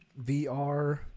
vr